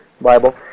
Bible